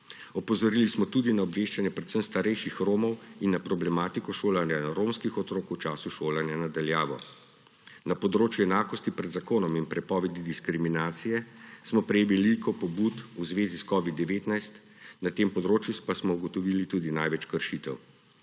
Opozorili smo tudi na obveščanje predvsem starejših Romov in na problematiko šolanja romskih otrok v času šolanja na daljavo. Na področju enakosti pred zakonom in prepovedi diskriminacije smo prejeli veliko pobud v zvezi s covidom-19, na tem področju pa smo ugotovili tudi največ kršitev.